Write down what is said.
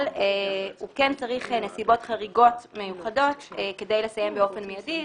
אבל הוא כן צריך נסיבות חריגות מיוחדות כדי לסיים באופן מידי,